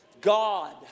God